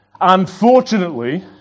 unfortunately